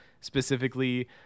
specifically